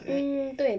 um 对 but